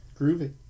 Groovy